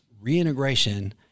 reintegration